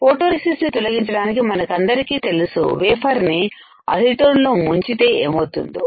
photoresist ని తొలగించడానికి మనకందరికీ తెలుసు వేఫర్ ని అసిటోన్ లో ముంచితే ఏమౌతుందో